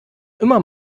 immer